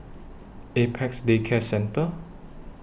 Apex Day Care Centre